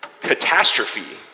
Catastrophe